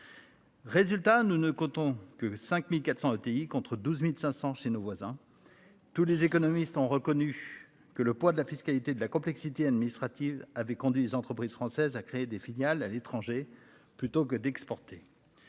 Résultat, nous ne comptons que 5400, OTI contre 12.500 chez nos voisins. Tous les économistes ont reconnu que le poids de la fiscalité de la complexité administrative avait conduit les entreprises françaises à créer des filiales à l'étranger plutôt que d'exporter.